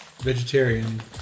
vegetarian